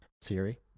Siri